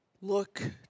look